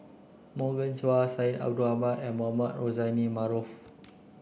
Morgan Chua Syed Ahmed and Mohamed Rozani Maarof